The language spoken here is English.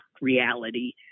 reality